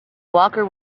walker